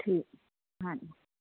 ਠੀਕ ਹਾਂਜੀ